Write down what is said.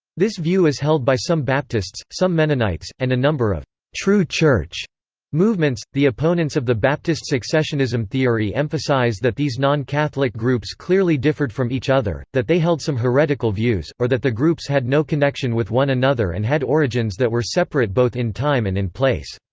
this view is held by some baptists, some mennonites, and a number of true church movements the opponents of the baptist successionism theory emphasize that these non-catholic groups clearly differed from each other, that they held some heretical views, or that the groups had no connection with one another and had origins that were separate both in time and in place.